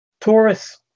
Taurus